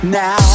now